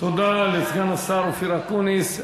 תודה לסגן השר אופיר אקוניס.